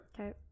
Okay